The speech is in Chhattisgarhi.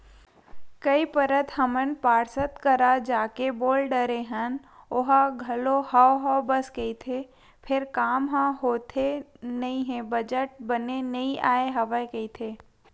कई पइत हमन पार्षद करा जाके बोल डरे हन ओहा घलो हव हव बस कहिथे फेर काम ह होथे नइ हे बजट बने नइ आय हवय कहिथे